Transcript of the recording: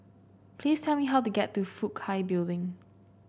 please tell me how to get to Fook Hai Building